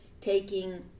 taking